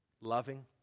loving